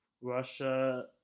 Russia